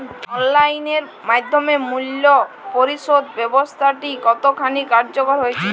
Online এর মাধ্যমে মূল্য পরিশোধ ব্যাবস্থাটি কতখানি কার্যকর হয়েচে?